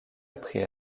après